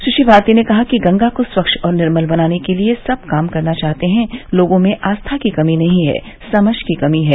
सुश्री भारती ने कहा की गंगा को स्वच्छ और निर्मल बनाने के लिए सब काम करना चाहते है लोगो में आस्था की कमी नहीं है समझ की कमी है